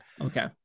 okay